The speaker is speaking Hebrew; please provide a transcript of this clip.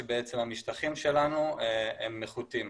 כשבעצם המשטחים שלנו נחותים.